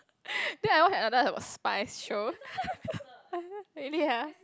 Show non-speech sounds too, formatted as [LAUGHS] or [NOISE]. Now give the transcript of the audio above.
[LAUGHS] then I watch another about spies show [LAUGHS] really ah